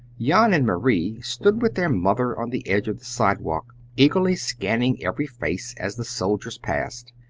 jan and marie stood with their mother on the edge of the sidewalk, eagerly scanning every face as the soldiers passed,